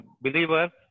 believer